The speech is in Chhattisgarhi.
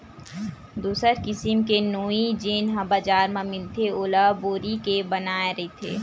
दूसर किसिम के नोई जेन ह बजार म मिलथे ओला बोरी के बनाये रहिथे